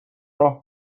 راه